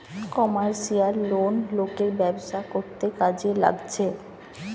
commercial loan লোকের ব্যবসা করতে কাজে লাগছে